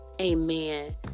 amen